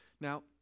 now